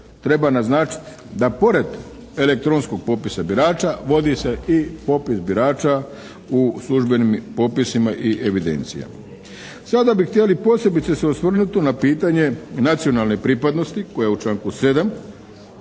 treba naznačiti da pored elektronskog popisa birača vodi se i popis birača u službenim popisima i evidencijama. Sada bi htjeli posebice se osvrnuti na pitanje nacionalne pripadnosti koja je u članku 7.